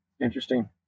Interesting